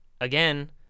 Again